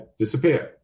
disappear